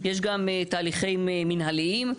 יש גם תהליכים מנהליים,